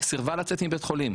סירבה לצאת מבית חולים.